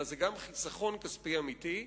אלא זה גם חיסכון כספי אמיתי.